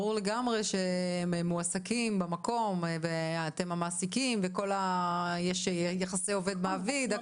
ברור לגמרי שהם מועסקים במקום ואתם המעסיקים ויש יחסי עובד מעביד.